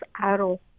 arrow